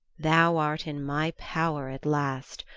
thou art in my power at last,